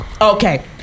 Okay